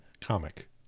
comic